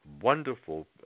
wonderful